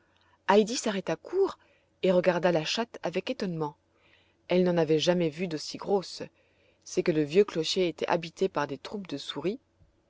heidi s'arrêta court et regarda la chatte avec étonnement elle n'en avait jamais vu d'aussi grosse c'est que le vieux clocher était habité par des troupes de souris